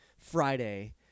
Friday